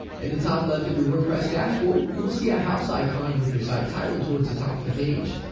and the top left of your wordpress dashboard, you will see a house icon with your site title towards the top of the page.